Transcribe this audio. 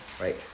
right